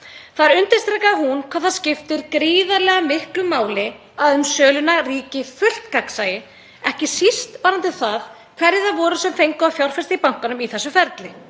Þar undirstrikaði hún hvað það skiptir gríðarlega miklu máli að um söluna ríki fullt gagnsæi, ekki síst varðandi það hverjir það voru sem fengu að fjárfesta í bankanum í þessu ferli.